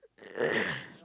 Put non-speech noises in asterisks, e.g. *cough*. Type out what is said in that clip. *laughs*